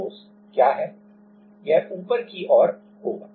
अब पृष्ठ तनाव बल क्या है यह ऊपर की ओर होगा